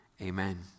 amen